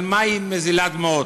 על מה היא מזילה דמעות?